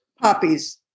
Poppies